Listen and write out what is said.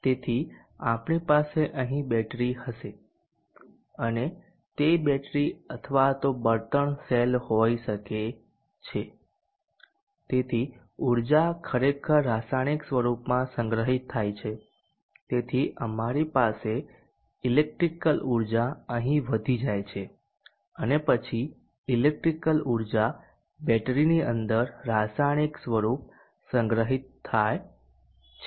તેથી આપણી પાસે અહીં બેટરી હશે અને તે બેટરી અથવા તો બળતણ સેલ હોઈ શકે છે તેથી ઊર્જા ખરેખર રાસાયણિક સ્વરૂપમાં સંગ્રહિત થાય છે તેથી તમારી પાસે ઈલેક્ટ્રીકલ ઉર્જા અહીં વધી જાય છે અને પછી ઈલેક્ટ્રીકલ ઉર્જા બેટરીની અંદર રાસાયણિક સ્વરૂપ સંગ્રહિત થાય છે